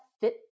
fit